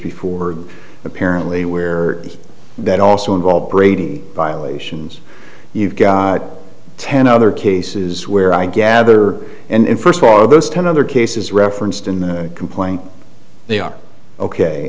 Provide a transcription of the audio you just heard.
before apparently where that also involved brady violations you've got ten other cases where i gather and first of all of those ten other cases referenced in the complaint they are